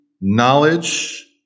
knowledge